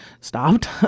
stopped